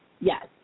yes